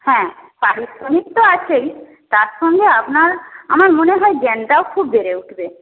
হ্যাঁ পারিশ্রমিক তো আছেই তার সঙ্গে আপনার আমার মনে হয় জ্ঞানটাও খুব বেড়ে উঠবে